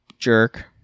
jerk